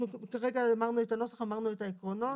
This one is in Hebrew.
כרגע אמרנו את הנוסח, אמרנו את העקרונות.